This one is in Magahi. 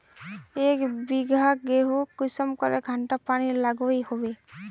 एक बिगहा गेँहूत कुंसम करे घंटा पानी लागोहो होबे?